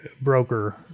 broker